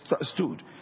stood